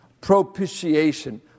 Propitiation